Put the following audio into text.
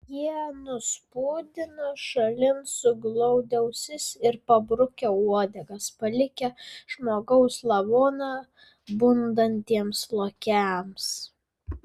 jie nuspūdino šalin suglaudę ausis ir pabrukę uodegas palikę žmogaus lavoną bundantiems lokiams